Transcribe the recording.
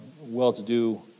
Well-to-do